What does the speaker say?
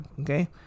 Okay